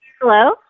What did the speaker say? Hello